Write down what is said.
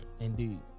Indeed